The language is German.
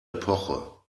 epoche